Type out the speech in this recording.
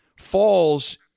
falls